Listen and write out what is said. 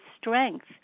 strength